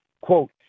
quote